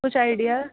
ਕੁਛ ਆਈਡੀਆ